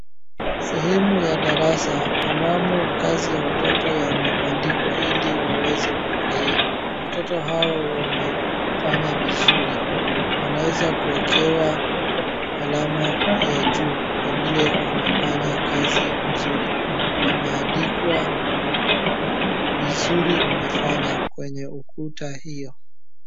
Sehemu ya darasa ambamo kazi ya watoto yamebandikwa ili waweze kufurahia. Watoto hawa wamefanya vizuri. Wanaweza kuekewa alama ya juu kwa vile wamefanya kazi nzuri. Imeandikwa vizuri umefanya kwenye ukuta hio.